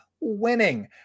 winning